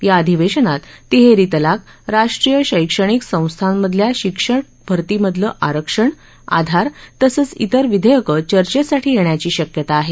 या अधिवेशनात तिहेरी तलाक राष्ट्रीय शैक्षणिक संस्थांमधल्या शिक्षक भरतीमधलं आरक्षण आधार तसंच तेर विधेयकं चर्चेसाठी येण्याची शक्यता आहे